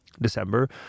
December